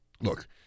Look